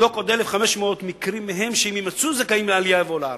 לבדוק עוד 1,500 מקרים מהם שאם יימצאו זכאים לעלייה יבואו לארץ.